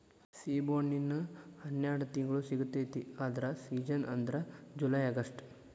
ಸೇಬುಹಣ್ಣಿನ ಹನ್ಯಾಡ ತಿಂಗ್ಳು ಸಿಗತೈತಿ ಆದ್ರ ಸೇಜನ್ ಅಂದ್ರ ಜುಲೈ ಅಗಸ್ಟ